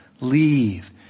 Leave